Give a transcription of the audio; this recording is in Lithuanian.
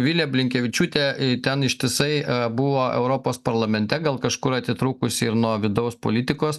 vilija blinkevičiūtė ten ištisai buvo europos parlamente gal kažkur atitrūkusi ir nuo vidaus politikos